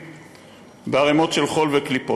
בערימות של חול וקליפות.